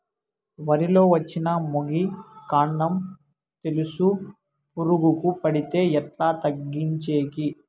వరి లో వచ్చిన మొగి, కాండం తెలుసు పురుగుకు పడితే ఎట్లా తగ్గించేకి?